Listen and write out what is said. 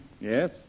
Yes